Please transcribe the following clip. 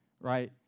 right